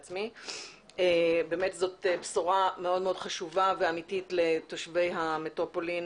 זו באמת בשורה מאוד מאוד חשובה ואמיתית לתושבי המטרופולין